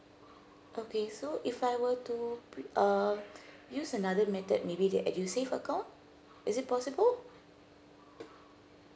okay so if I were to uh use another method maybe the edusave account is it possible